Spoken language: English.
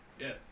Yes